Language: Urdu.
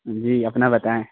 جی اپنا بتائیں